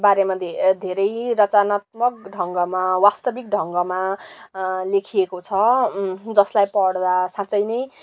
बारेमा धे धेरै नै रचनात्मक ढङ्गमा वास्तविक ढङ्गमा लेखिएको छ जसलाई पढ्दा साँच्चै नै